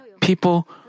people